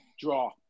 draw